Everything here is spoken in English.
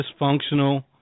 Dysfunctional